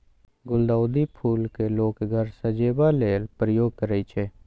गुलदाउदी फुल केँ लोक घर सजेबा लेल प्रयोग करय छै